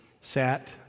sat